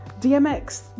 DMX